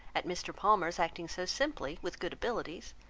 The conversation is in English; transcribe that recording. at mr. palmer's acting so simply, with good abilities,